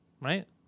Right